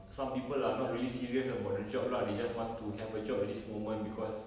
some people are not really serious about the job lah they just want to have a job at this moment because